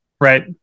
right